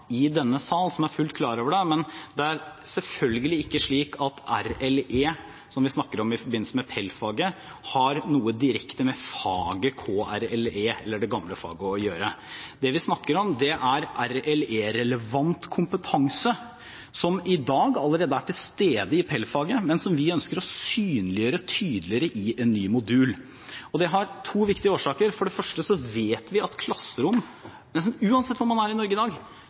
i denne sal, som er fullt klar over det, men det er selvfølgelig ikke slik at RLE, som vi snakker om i forbindelse med PEL-faget, har noe direkte med faget KRLE, eller det gamle faget, å gjøre. Det vi snakker om, er RLE-relevant kompetanse, som i dag allerede er til stede i PEL-faget, men som vi ønsker å synliggjøre tydeligere i en ny modul. Det har to viktige årsaker. For det første vet vi at klasserom nesten uansett hvor man er i Norge i dag,